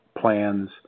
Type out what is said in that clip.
plans